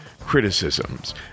criticisms